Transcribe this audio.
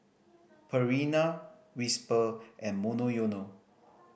Purina Whisper and Monoyono